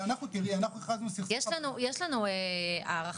זה גורם